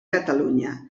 catalunya